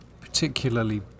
particularly